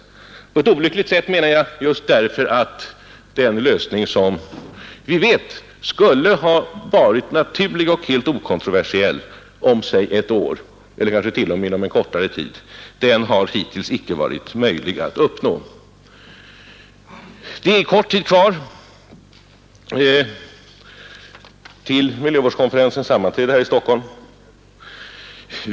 Jag säger ”på ett olyckligt sätt” därför att den lösning, som vi vet skulle ha varit naturlig och helt okontroversiell om kanske ett år eller möjligen t.o.m. inom en kortare tid, hittills icke har varit möjlig att uppnå. Det är kort tid kvar till dess att miljövårdskonferensen sammanträder här i Stockholm.